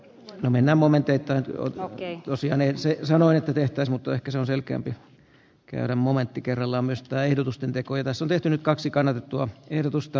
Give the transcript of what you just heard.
no minä momenteittain kokee asian ensin sanoo että tehtäis mutta ehkä se on selkeämpi käydä momentti kerralla myös että ehdotusten tekojen taso vetänyt kaksi kannatettua ehdotusta